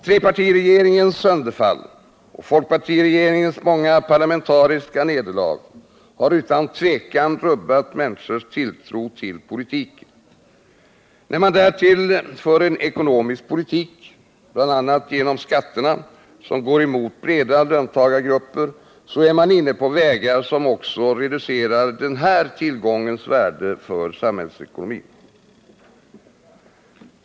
Trepartiregeringens sönderfall och folkpartiregeringens många parlamentariska nederlag har utan tvivel rubbat människors tilltro till politiken. När man därtill för en ekonomisk politik, bl.a. genom skatterna, som går emot breda löntagargrupper är man inne på vägar som också reducerar den här tillgångens värde för samhällsekonomin.